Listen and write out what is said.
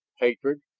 hatred,